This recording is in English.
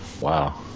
Wow